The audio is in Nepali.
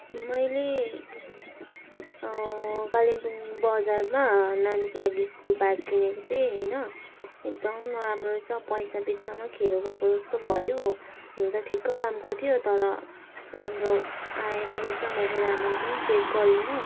मैले कालिम्पोङ बजारमा नानीको लागि स्कुल ब्याग किनेको थिएँ होइन एकदम नराम्रो रहेछ पैसा बित्थामा खेरो गएको जस्तो भयो हुनु त ठिक्क दामको थियो तर राम्रो आएन रहेछ मैले रामरी पनि चेक गरिनँ